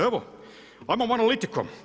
Evo, ajmo analitikom.